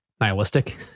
nihilistic